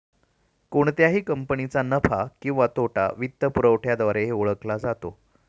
कोणत्याही कंपनीचा नफा किंवा तोटा वित्तपुरवठ्याद्वारेही ओळखला जातो